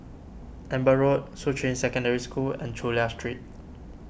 Amber Road Shuqun Secondary School and Chulia Street